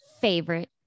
favorite